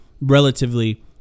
relatively